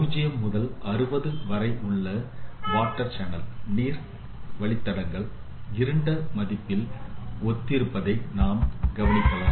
0 முதல் 60 வரை உள்ள நீர் வழித்தடங்கள் இருட்ட மதிப்பில் ஒத்திருப்பதை நாம் கவனிக்கலாம்